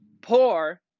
poor